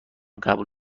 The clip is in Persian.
قبول